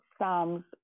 Psalms